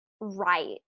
right